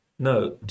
No